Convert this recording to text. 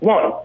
One